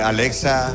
Alexa